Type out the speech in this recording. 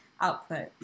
output